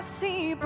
see